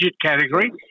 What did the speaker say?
category